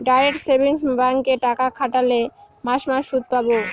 direct savings ব্যাঙ্কে টাকা খাটোল মাস মাস সুদ পাবো